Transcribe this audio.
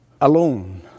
alone